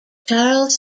charles